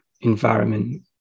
environment